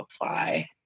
apply